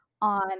on